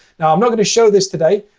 now, i'm not going to show this today,